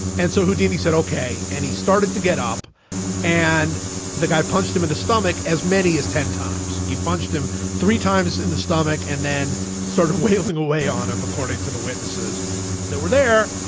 and so houdini said, ok. and he started to get up and the guy punched him in the stomach. as many as ten times he punched him three times in the stomach and then started wailing away on him, according to the witnesses that were there.